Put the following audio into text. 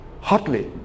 hotly